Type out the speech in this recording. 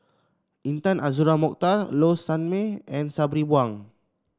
Intan Azura Mokhtar Low Sanmay and Sabri Buang